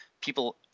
people